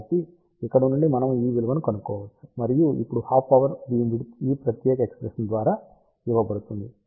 కాబట్టి ఇక్కడ నుండి మనము ఈ విలువను కనుక్కోవచ్చు మరియు అప్పుడు హాఫ్ పవర్ బీమ్ విడ్త్ ఈ ప్రత్యేక ఎక్ష్ప్రెషన్ ద్వారా ఇవ్వబడుతుంది